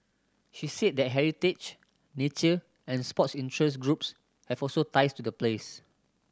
she said that heritage nature and sports interest groups have also ties to the place